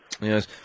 Yes